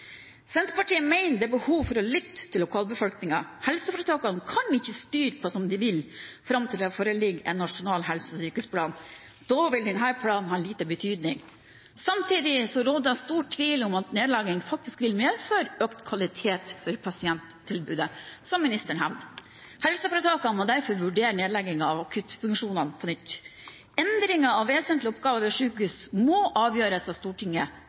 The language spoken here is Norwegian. Senterpartiet mener det er behov for å lytte til lokalbefolkningen. Helseforetakene kan ikke styre på som de vil fram til det foreligger en nasjonal helse- og sykehusplan, for da vil denne planen ha lite betydning. Samtidig råder det stor tvil om nedlegging faktisk vil medføre økt kvalitet for pasienttilbudet, som ministeren hevder. Helseforetakene må derfor vurdere nedleggingen av akuttfunksjonene på nytt. Endringer av vesentlige oppgaver ved sykehus må avgjøres av Stortinget